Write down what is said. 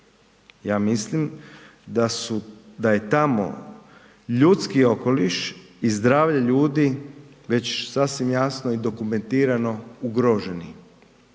Ja mislim da je tamo ljudski okoliš i zdravlje ljudi već sasvim jasno i dokumentirano ugroženi.